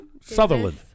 Sutherland